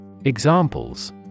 Examples